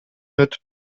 өтүп